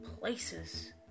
places